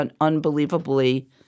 unbelievably